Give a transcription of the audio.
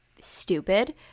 Stupid